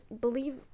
believe